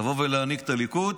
לבוא ולהנהיג את הליכוד,